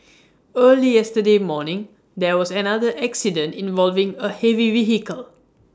early yesterday morning there was an another accident involving A heavy vehicle